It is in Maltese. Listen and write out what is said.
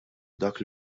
dak